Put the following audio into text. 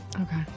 Okay